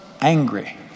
angry